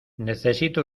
necesito